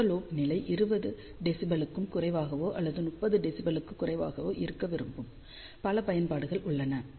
பக்க லோப் நிலை 20 dB க்கும் குறைவாகவோ அல்லது 30dB க்கும் குறைவாகவோ இருக்க விரும்பும் பல பயன்பாடுகள் உள்ளன